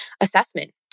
assessment